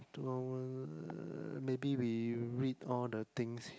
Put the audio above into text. two hour maybe we read all the things